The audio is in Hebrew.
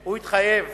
שהוא התחייב